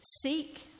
seek